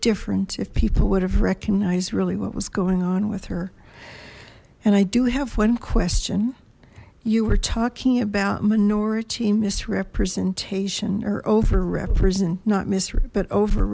different if people would have recognized really what was going on with her and i do have one question you were talking about minority misrepresentation or over represent not misery but over